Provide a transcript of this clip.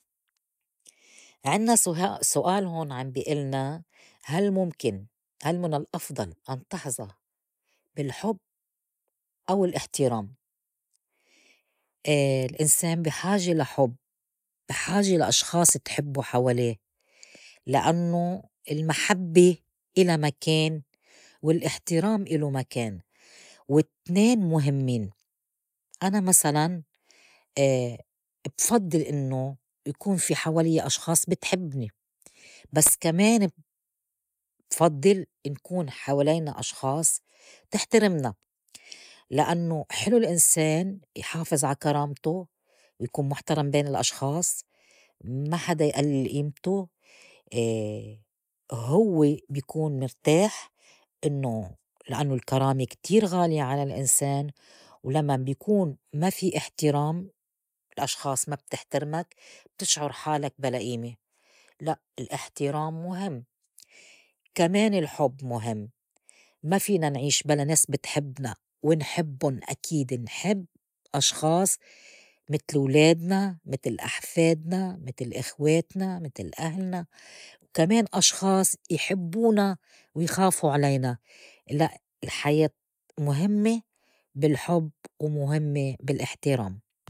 عنّا سوها سؤال هون عم بي إلنا هل ممكن هل من الأفضل أن تحظى بالحب أو الاحترام؟ الإنسان بي حاجة لا حُب بي حاجة لأشخاص تحبّوا حواليه لأنوا المحبّة إلا مكان والاحترام الو مكان والتنين مهمّين، أنا مسلاً بفضّل إنّو يكون في حوالي أشخاص بي تحبني بس كمان بفضّل نكون حوالينا أشخاص تحترمنا لأنوا حلو الإنسان يحافظ عا كرامته، يكون مُحترم بين الأشخاص ما حدا يئلل إيمتو، هوّ بي كون مرتاح إنّو لإنّو الكرامة كتير غالية على الإنسان، ولمّاً بكون ما في إحترام الأشخاص ما بتحترمك بتشعر حالك بلا ئيمة، لأ الاحترام مهم. كمان الحب مُهم ما فينا نعيش بلا ناس بتحبنا ونحبّن أكيد نحب أشخاص متل ولادنا متل أحفادنا متل أخواتنا متل أهلنا وكمان أشخاص يحّبونا ويخافوا علينا لاء الحياة مهمّة بالحُب ومهمّة بالاحترام.